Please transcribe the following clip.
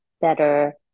better